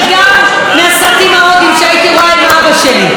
וגם מהסרטים ההודיים שהייתי רואה עם אבא שלי.